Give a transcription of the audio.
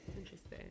Interesting